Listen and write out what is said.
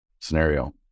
scenario